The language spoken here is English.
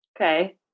Okay